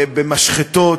במשחטות,